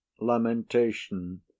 lamentation